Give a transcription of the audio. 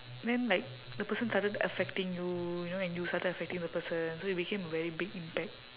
then like the person started affecting you you know and you started affecting the person so it became a very big impact